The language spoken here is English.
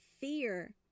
fear